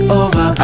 over